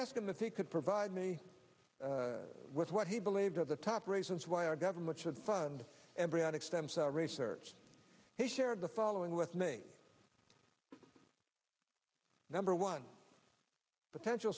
ask him if he could provide me with what he believes are the top reasons why our government should fund embryonic stem cell research he shared the following with me number one potential